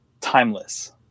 timeless